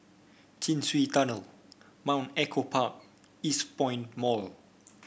Chin Swee Tunnel Mount Echo Park Eastpoint Mall